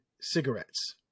cigarettes